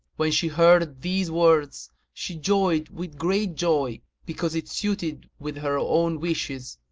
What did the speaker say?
when she heard these words, she joyed with great joy because it suited with her own wishes,